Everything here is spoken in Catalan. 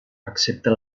accepta